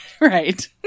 right